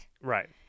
Right